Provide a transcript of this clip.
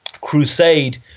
crusade